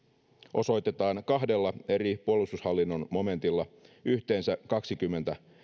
osoitetaan kahdella eri puolustushallinnon momentilla yhteensä kaksikymmentä